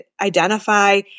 identify